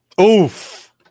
Oof